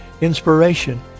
inspiration